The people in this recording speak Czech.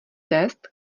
test